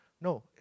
No